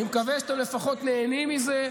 אני מקווה שאתם לפחות נהנים מזה.